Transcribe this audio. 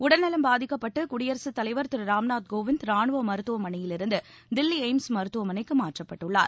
உடல் நலம் பாதிக்கப்பட்டுள்ள குடியரசுத் தலைவர் திரு ராம்நாத் கோவிந்த் ராணுவ மருத்துவமனையிலிருந்து தில்லி எய்ம்ஸ் மருத்துவமனைக்கு மாற்றப்பட்டுள்ளார்